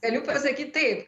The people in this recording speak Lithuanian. galiu pasakyt taip